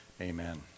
Amen